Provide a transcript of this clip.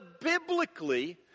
biblically